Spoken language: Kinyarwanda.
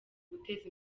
guteza